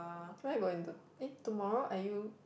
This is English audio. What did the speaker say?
where are you going to eh tomorrow are you